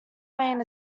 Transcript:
main